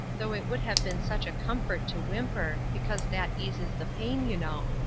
though it would have been such a comfort to whimper, because that eases the pain, you know.